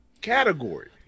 category